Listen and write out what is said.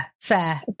fair